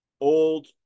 Old